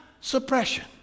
suppression